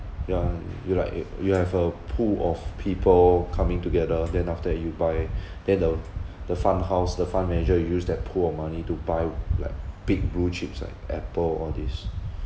ya you like you you have a pool of people coming together then after that you buy then the the fund house the fund manager will use that pool of money to buy like big blue chips like apple all these